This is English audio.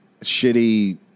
Shitty